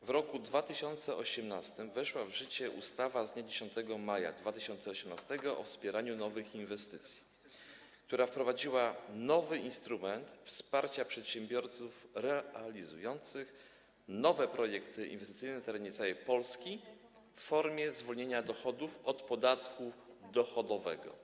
W roku 2018 weszła w życie ustawa z dnia 10 maja 2018 r. o wspieraniu nowych inwestycji, która wprowadziła nowy instrument wsparcia przedsiębiorców realizujących nowe projekty inwestycyjne na terenie całej Polski w formie zwolnienia dochodu od podatku dochodowego.